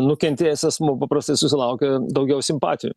nukentėjęs asmuo paprastai susilaukia daugiau simpatijų